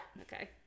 okay